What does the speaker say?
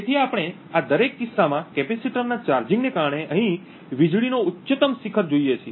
તેથી આપણે આ દરેક કિસ્સામાં કેપેસિટરના ચાર્જિંગને કારણે અહીં વીજળીનો ઉચ્ચતમ શિખર જોઈએ છીએ